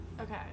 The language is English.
okay